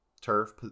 turf